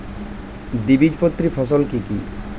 দ্বিবীজপত্রী ফসল কি কি?